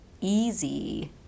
easy